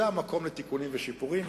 זה המקום לתיקונים ושיפורים.